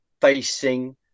facing